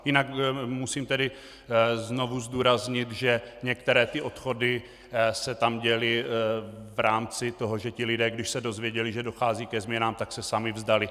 Jinak musím znovu zdůraznit, že některé odchody se tam děly v rámci toho, že se lidé, když se dozvěděli, že dochází ke změnám, sami vzdali.